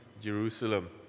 Jerusalem